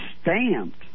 stamped